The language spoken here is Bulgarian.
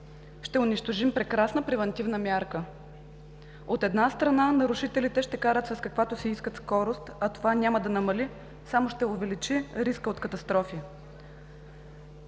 ще унищожим прекрасна превантивна мярка. От една страна, нарушителите ще карат с каквато си искат скорост, а това няма да намали, само ще увеличи риска от катастрофи.